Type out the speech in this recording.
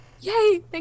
Yay